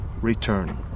return